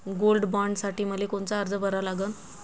Gold बॉण्डसाठी मले कोनचा अर्ज भरा लागन?